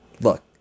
Look